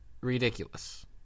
ridiculous